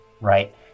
right